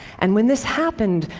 and when this happened,